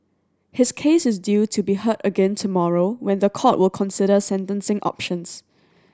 his case is due to be heard again tomorrow when the court will consider sentencing options